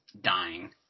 dying